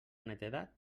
netedat